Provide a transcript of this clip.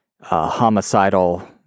homicidal